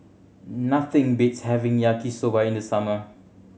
nothing beats having Yaki Soba in the summer